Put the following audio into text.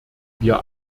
wir